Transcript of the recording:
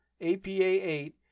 APA-8